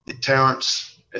Terrence